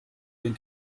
den